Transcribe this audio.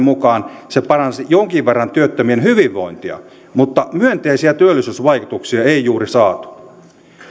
mukaan se paransi jonkin verran työttömien hyvinvointia mutta myönteisiä työllisyysvaikutuksia ei juuri saatu